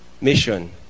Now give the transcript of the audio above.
mission